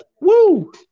Woo